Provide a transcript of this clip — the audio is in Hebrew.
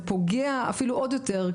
זה פוגע אפילו עוד יותר.